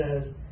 says